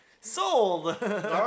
Sold